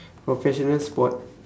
professional sport